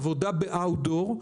עבודה מחוץ לבית באוויר הפתוח,